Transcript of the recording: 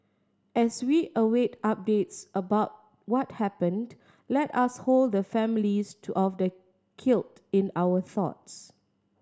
as we await updates about what happened let us hold the families to of the killed in our thoughts